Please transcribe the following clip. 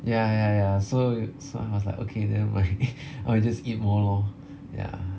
ya ya ya so so I was like okay never mind I will just eat more lor ya